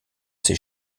ses